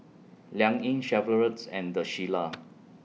Liang Yi Chevrolet's and The Shilla